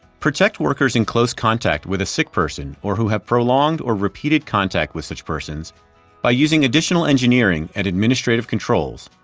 protect workers in close contact with a sick person or who have prolonged or repeated contact with such persons by using additional engineering and administrative controls,